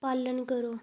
पालन करो